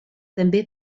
també